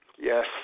Yes